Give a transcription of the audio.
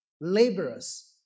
laborers